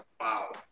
wow